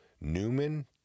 Newman